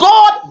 God